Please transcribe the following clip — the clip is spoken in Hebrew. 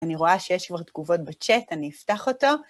אני רואה שיש כבר תגובות בצ'אט, אני אפתח אותו.